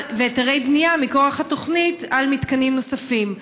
והיתרי בנייה מכוח התוכנית, על מתקנים נוספים.